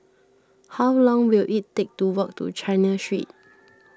how long will it take to walk to China Street